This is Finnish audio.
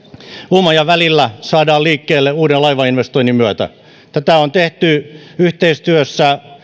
uumajan välillä saadaan liikkeelle uuden laivainvestoinnin myötä tätä on tehty yhteistyössä